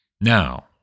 Now